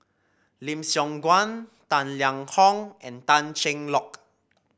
Lim Siong Guan Tang Liang Hong and Tan Cheng Lock